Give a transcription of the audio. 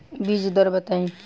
बीज दर बताई?